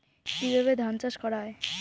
কিভাবে ধান চাষ করা হয়?